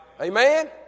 Amen